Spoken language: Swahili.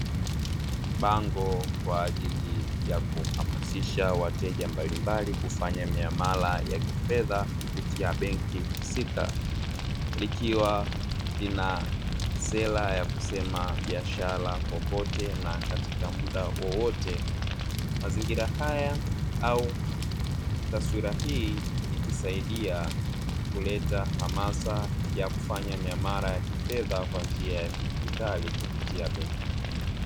Bango kwa ajili ya kuhamasisha wateja mbalimbali kuhamasisha wateja kufanya miamala ya kifedha kupitia benki husika, likiwa lina sera ya kusema biashara popote na katika muda wowote, mazingira haya au taswira hii ikisaidia kuleta hamasa ya kufanya miamala ya kifedha kwa njia ya kidigitali kupitia benki.